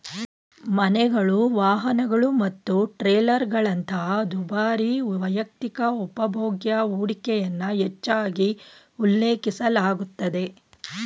ಮನೆಗಳು, ವಾಹನಗಳು ಮತ್ತು ಟ್ರೇಲರ್ಗಳಂತಹ ದುಬಾರಿ ವೈಯಕ್ತಿಕ ಉಪಭೋಗ್ಯ ಹೂಡಿಕೆಯನ್ನ ಹೆಚ್ಚಾಗಿ ಉಲ್ಲೇಖಿಸಲಾಗುತ್ತೆ